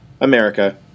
America